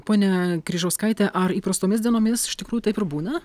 ponia kryžauskaite ar įprastomis dienomis iš tikrųjų taip ir būna